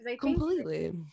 completely